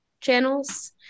channels